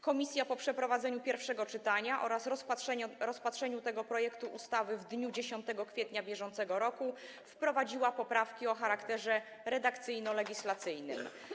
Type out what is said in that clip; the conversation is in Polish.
Komisja po przeprowadzeniu pierwszego czytania oraz rozpatrzeniu tego projektu ustawy w dniu 10 kwietnia br. wprowadziła poprawki o charakterze redakcyjno-legislacyjnym.